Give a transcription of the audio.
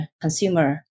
consumer